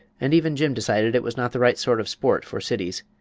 and even jim decided it was not the right sort of sport for cities.